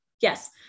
Yes